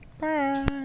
Bye